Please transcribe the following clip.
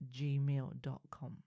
gmail.com